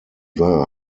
war